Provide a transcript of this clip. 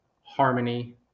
harmony